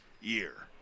year